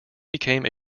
became